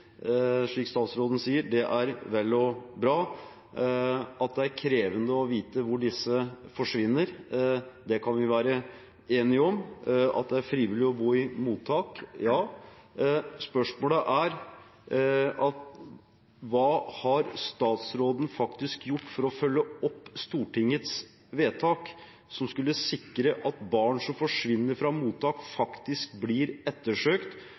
slik statsråden sier, er vel og bra. At det er krevende å vite hvor disse forsvinner, kan vi være enige om. At det er frivillig å bo i mottak – ja, det er det. Spørsmålet er: Hva har statsråden faktisk gjort for å følge opp Stortingets vedtak, som skulle sikre at barn som forsvinner fra mottak, faktisk blir ettersøkt,